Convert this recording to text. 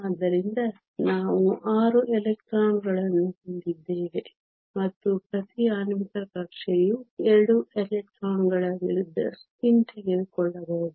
ಆದ್ದರಿಂದ ನಾವು 6 ಎಲೆಕ್ಟ್ರಾನ್ಗಳನ್ನು ಹೊಂದಿದ್ದೇವೆ ಮತ್ತು ಪ್ರತಿ ಆಣ್ವಿಕ ಕಕ್ಷೆಯು 2 ಎಲೆಕ್ಟ್ರಾನ್ಗಳ ವಿರುದ್ಧ ಸ್ಪಿನ್ ತೆಗೆದುಕೊಳ್ಳಬಹುದು